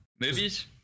Movies